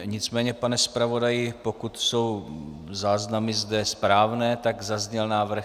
Nicméně pane zpravodaji, pokud jsou záznamy zde správné, tak zazněl návrh...